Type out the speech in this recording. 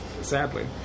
Sadly